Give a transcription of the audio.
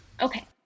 Okay